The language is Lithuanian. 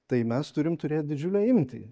tai mes turim turėt didžiulę imtį